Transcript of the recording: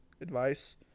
advice